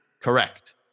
Correct